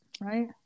right